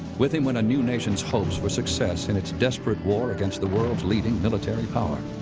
with him went a new nation's hopes for success in its desperate war against the world's leading military power.